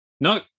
No